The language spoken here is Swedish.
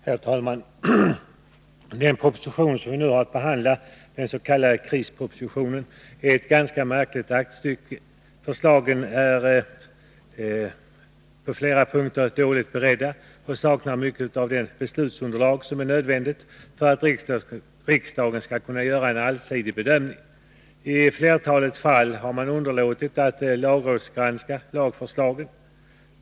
Herr talman! Den proposition som vi nu behandlar, den s.k. krispropositionen, är ett ganska märkligt aktstycke. Förslagen är på flera punkter dåligt beredda och saknar mycket av det beslutsunderlag som är nödvändigt för att riksdagen skall kunna göra en allsidig bedömning. I flertalet fall har man underlåtit att låta lagrådsgranska lagförslagen.